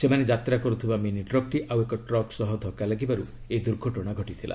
ସେମାନେ ଯାତ୍ରା କରୁଥିବା ମିନି ଟ୍ରକ୍ଟି ଆଉ ଏକ ଟ୍ରକ୍ ସହ ଧକ୍କା ଲାଗିବାରୁ ଏହି ଦୁର୍ଘଟଣା ଘଟିଥିଲା